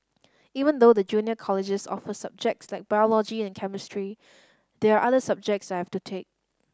even though the junior colleges offer subjects like biology and chemistry there are other subjects I have to take